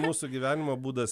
mūsų gyvenimo būdas